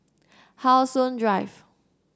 How Sun Drive